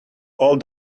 all